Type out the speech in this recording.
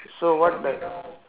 so what the